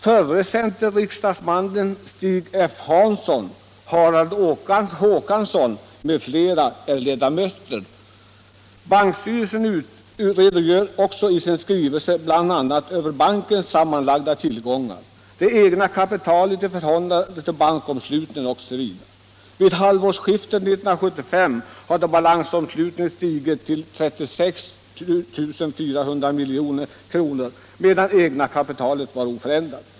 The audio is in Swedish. Förre centerriksdagsmannen Stig F. Hansson, Harald Håkansson m.fl. är ledamöter. Bankstyrelsen redogör i sin skrivelse bl.a. för bankens sammanlagda tillgångar, det egna kapitalet i förhållande till bankomslutningen osv. Vid halvårsskiftet 1975 hade balansomslutningen stigit till 36 400 milj.kr., medan det egna kapitalet var oförändrat.